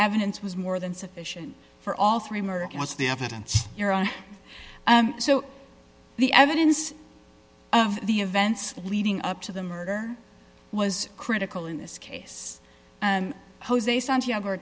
evidence was more than sufficient for all three murder counts the evidence your own so the evidence of the events leading up to the murder was critical in this case and jose santiago